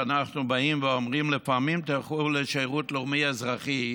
שלפעמים אנחנו באים ואומרים לפעמים: תלכו לשירות לאומי-אזרחי,